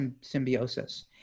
symbiosis